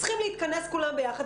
כולם צריכים להתכנס ביחד,